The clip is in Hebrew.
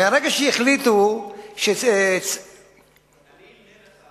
מרגע שהחליטו שזה, אני אמנה לך